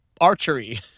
Archery